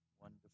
wonderful